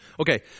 Okay